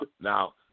now